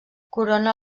corona